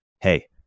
Hey